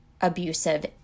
abusive